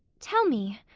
tell me,